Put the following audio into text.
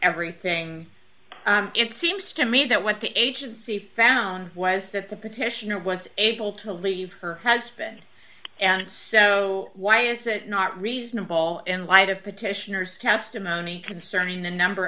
everything it seems to me that what the agency found was that the petitioner was able to leave her husband so why is that not reasonable and why the petitioner testimony concerning the number